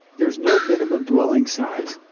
there's no minimum dwelling size.